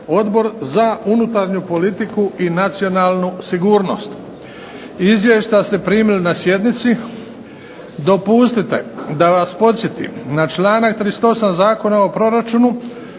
Odbor za unutarnju politiku i nacionalnu sigurnost. Izvješća ste primili na sjednici. Dopustite da vas podsjetim na članak 38. Zakona o proračuna,